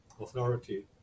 authority